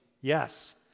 Yes